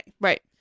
Right